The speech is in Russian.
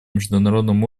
международном